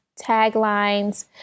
taglines